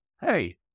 hey